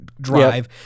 drive